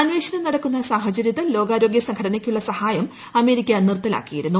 അന്വേഷണം നടക്കുന്ന സാഹചര്യത്തിൽ ലോകാരോഗ്യസംഘടനയ്ക്കുള്ള സഹായം അമേരിക്ക നിർത്തലാക്കിയിരുന്നു